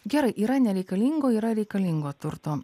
gerai yra nereikalingo yra reikalingo turto